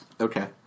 Okay